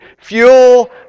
fuel